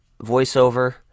voiceover